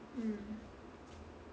mm